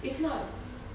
if not